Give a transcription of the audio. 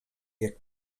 jak